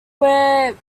wear